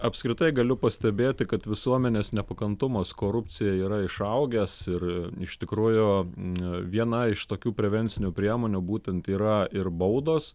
apskritai galiu pastebėti kad visuomenės nepakantumas korupcijai yra išaugęs ir iš tikrųjų viena iš tokių prevencinių priemonių būtent yra ir baudos